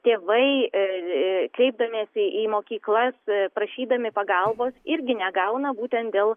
tėvai ee kreipdamiesi į mokyklas prašydami pagalbos irgi negauna būtent dėl